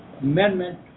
amendment